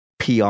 PR